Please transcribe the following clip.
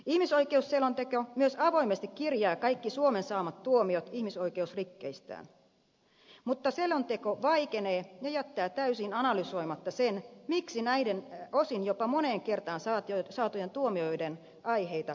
ihmisoikeusselonteko myös avoimesti kirjaa kaikki suomen saamat tuomiot ihmisoikeusrikkeistään mutta selonteko vaikenee ja jättää täysin analysoimatta sen miksi näiden osin jopa moneen kertaan saatujen tuomioiden aiheita ei ole korjattu